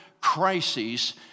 crisis